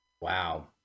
Wow